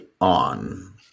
on